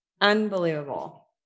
Unbelievable